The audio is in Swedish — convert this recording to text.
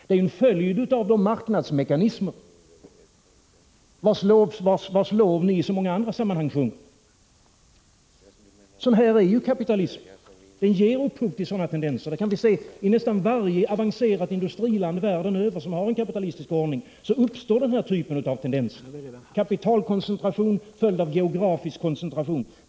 Det är följden av de marknadsmekanismer vars lov ni i så många andra sammanhang sjunger. Sådan är kapitalismen. Den ger upphov till sådana tendenser. I nästan varje avancerat industriland världen över som har en kapitalistisk ordning kan vi se att denna typ av tendenser uppstår: kapitalkoncentration följd av geografisk koncentration.